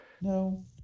No